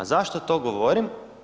Zašto to govorim?